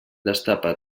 destapa